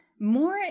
more